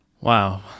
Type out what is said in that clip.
Wow